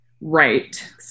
Right